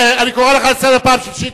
אני קורא אותך לסדר פעם שלישית.